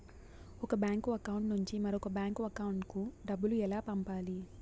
ఒక bank account నుంచి మరొక బ్యాంకు అకౌంట్ కు డబ్బు ఎలా పంపాలి